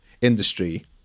industry